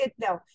No